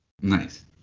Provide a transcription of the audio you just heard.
Nice